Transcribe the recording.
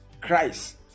Christ